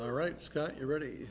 all right scott you're ready